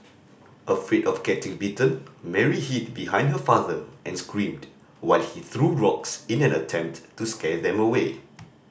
afraid of getting bitten Mary hid behind her father and screamed while he threw rocks in an attempt to scare them away